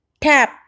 Tap